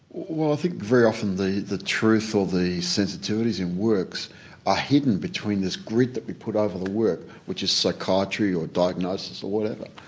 well i think very often the the truth or the sensitivities in works are ah hidden between this grid that we put over the work which is psychiatry or diagnosis or whatever.